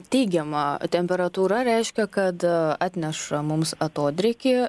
teigiama temperatūra reiškia kad a atneša mums atodrėkį